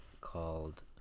called